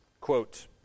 Quote